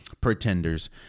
pretenders